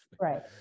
Right